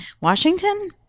Washington